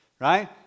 right